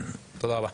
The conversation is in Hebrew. תודה רבה.